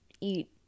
eat